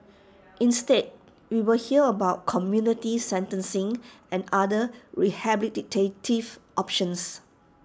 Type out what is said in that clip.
instead we will hear about community sentencing and other rehabilitative options